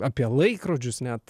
apie laikrodžius net